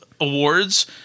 awards